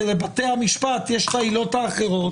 כי לבתי המשפט יש את העילות האחרות.